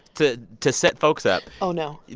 to to set folks up. oh, no